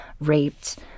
raped